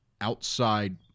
outside